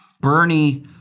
Bernie